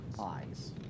eyes